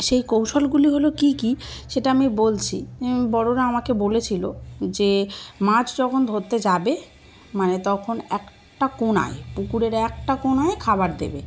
সেই কৌশলগুলি হলো কী কী সেটা আমি বলছি বড়রা আমাকে বলেছিল যে মাছ যখন ধরতে যাবে মানে তখন একটা কোনায় পুকুরের একটা কোনায় খাবার দেবে